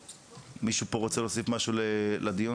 מישהו רוצה להוסיף משהו לדיון?